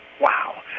wow